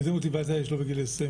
איזו מוטיבציה יש לו בגיל 26?